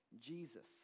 Jesus